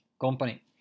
company